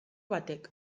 batek